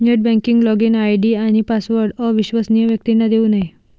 net banking login ID आणि password अविश्वसनीय व्यक्तींना देऊ नये